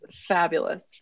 Fabulous